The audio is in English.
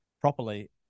properly